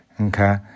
okay